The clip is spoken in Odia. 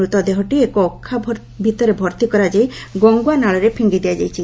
ମୃତଦେହଟିକୁ ଏକ ଅଖା ଭିତରେ ଭର୍ତି କରାଯାଇ ଗଙ୍ଙୁଆ ନାଳରେ ଫିଙ୍ଗି ଦିଆଯାଇଛି